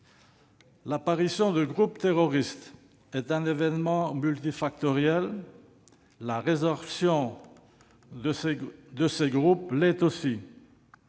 L'apparition de groupes terroristes est un événement multifactoriel. La résorption de ces groupes l'est aussi.